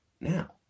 now